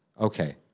okay